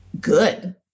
good